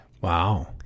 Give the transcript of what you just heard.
Wow